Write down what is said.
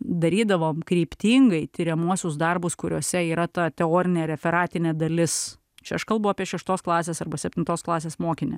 darydavom kryptingai tiriamuosius darbus kuriuose yra ta teorinė ir referatinė dalis čia aš kalbu apie šeštos klasės arba septintos klasės mokinį